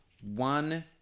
one